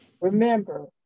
Remember